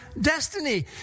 destiny